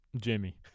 jimmy